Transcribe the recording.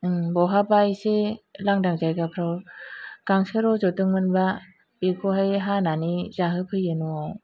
बहाबा एसे लांदां जायगाफ्राव गांसो रज'दोंमोनब्ला बेखौहाय हानानै जाहोफैयो न'आव